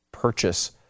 Purchase